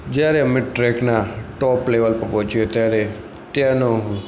જયારે અમે ટ્રૅકનાં ટૉપ લૅવલ પર પહોંચ્યા ત્યારે ત્યાંનું